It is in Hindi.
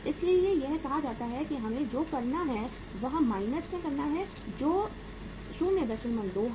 इसलिए यह कहा जाता है कि हमें जो करना है वह माइनस में करना है जो 02 है जो कि 80 में है